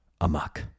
amok